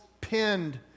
pinned